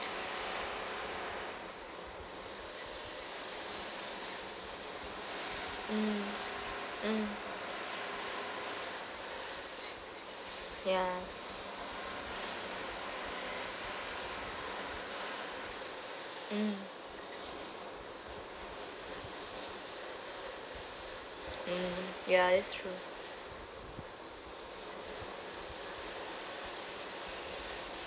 mm mm ya mm mm ya that's true